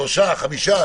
שלושה, חמישה.